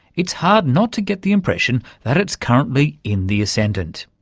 it's hard not to get the impression that it's currently in the ascendant.